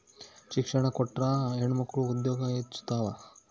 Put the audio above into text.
ಶಿಕ್ಷಣ ಕೊಟ್ರ ಹೆಣ್ಮಕ್ಳು ಉದ್ಯೋಗ ಹೆಚ್ಚುತಾವ